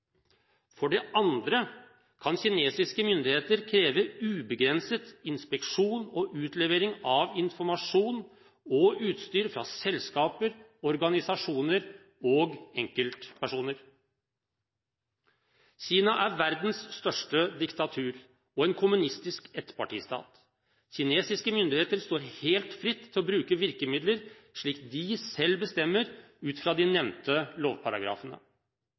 For det andre kan kinesiske myndigheter kreve ubegrenset inspeksjon og utlevering av informasjon og utstyr fra selskaper, organisasjoner og enkeltpersoner. Kina er verdens største diktatur og en kommunistisk ettpartistat. Kinesiske myndigheter står helt fritt til å bruke virkemidler slik de selv bestemmer, ut fra de nevnte lovparagrafene,